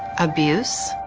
abuse.